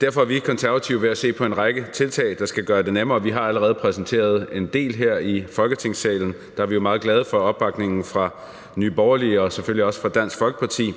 Derfor er vi i Konservative ved at se på en række tiltag, der skal gøre det nemmere. Vi har allerede præsenteret en del her i Folketingssalen. Vi er meget glade for opbakningen fra Nye Borgerlige og selvfølgelig også fra Dansk Folkeparti.